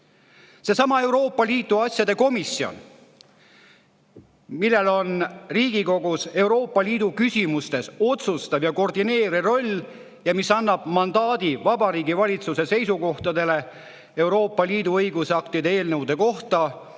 see käib? Euroopa Liidu asjade komisjonil on Riigikogus Euroopa Liidu küsimustes otsustav ja koordineeriv roll. See annab mandaadi Vabariigi Valitsuse seisukohtadele Euroopa Liidu õigusaktide eelnõude kohta